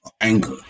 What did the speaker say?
anger